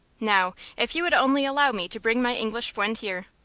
now, if you would only allow me to bring my english fwiend here